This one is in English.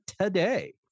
today